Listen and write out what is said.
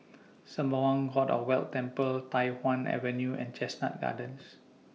Sembawang God of Wealth Temple Tai Hwan Avenue and Chestnut Gardens